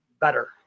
better